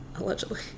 Allegedly